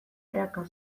praka